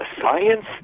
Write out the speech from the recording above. science